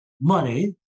money